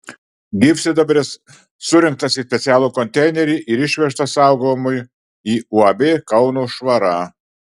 gyvsidabris surinktas į specialų konteinerį ir išvežtas saugojimui į uab kauno švara